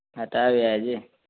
ହେଟା ବି ଆଏ ଯେ